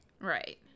Right